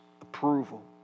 approval